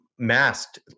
masked